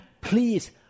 please